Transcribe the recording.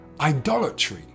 Idolatry